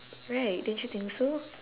right don't you think so